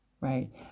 right